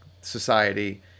society